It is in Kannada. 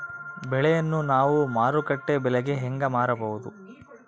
ಬೆಳೆಯನ್ನ ನಾವು ಮಾರುಕಟ್ಟೆ ಬೆಲೆಗೆ ಹೆಂಗೆ ಮಾರಬಹುದು?